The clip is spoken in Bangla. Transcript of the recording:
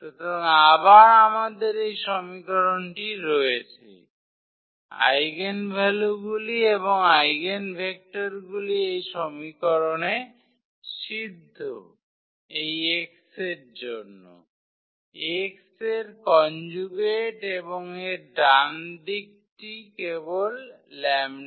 সুতরাং আবার আমাদের এই সমীকরণটি রয়েছে আইগেনভ্যালুগুলি আর আইগেনভেক্টরগুলি এই সমীকরণে সিদ্ধ এই 𝑥 এর জন্য x এর কনজুগেট এবং এর ডানদিকটি কেবল 𝜆𝑥